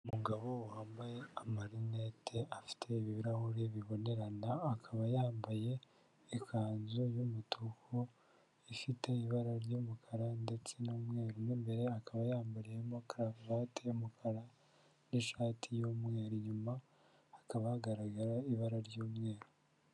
Umugabo wambaye amarinete afite ibirahuri bibonerana, akaba yambaye ikanzu y'umutuku ifite ibara ry'umukara ndetse n'umweru, mo imbere akaba yambayemo karuvati y'umukara n'ishati y'umweru inyuma, hakaba hagaragara ibara ry'umweru.